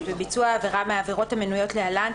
בביצוע עבירה מהעבירות המנויות להלן,